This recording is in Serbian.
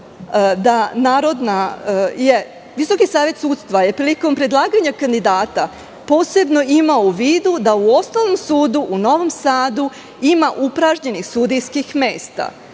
je taj da Visoki savet sudstva je prilikom predlaganja kandidata posebno imao u vidu da u Osnovnom sudu u Novom Sadu ima upražnjenih sudijskih mesta.